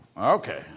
Okay